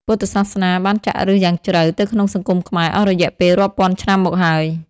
ពុទ្ធសាសនាបានចាក់ឫសយ៉ាងជ្រៅទៅក្នុងសង្គមខ្មែរអស់រយៈពេលរាប់ពាន់ឆ្នាំមកហើយ។